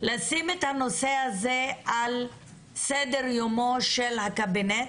לשים את הנושא הזה על סדר יומו של הקבינט